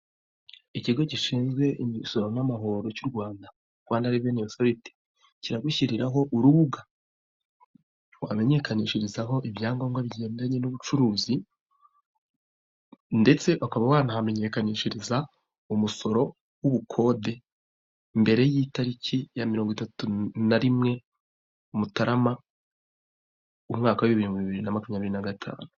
Ikigo gishinzwe imisoro n'amahoro cy'u Rwanda rwanda reveni otoriti, kiragushyiriraho urubuga wamenyekanishirizaho ibyangombwa bigendanye n'ubucuruzi ndetse ukaba wanahamenyekanishiriza umusoro w'ubukode mbere y'itariki ya mirongo itatu na rimwe mutarama umwaka w'ibihumbi bibiri na makumyabiri na gatanu.